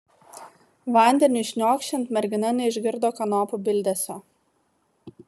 vandeniui šniokščiant mergina neišgirdo kanopų bildesio